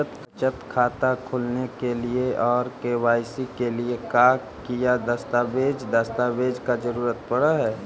बचत खाता खोलने के लिए और के.वाई.सी के लिए का क्या दस्तावेज़ दस्तावेज़ का जरूरत पड़ हैं?